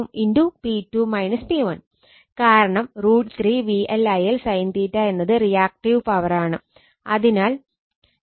കാരണം √ 3 VL IL sin എന്നത് reactive power ആണ്